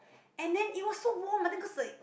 and then it was so warm I think cause like